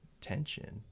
tension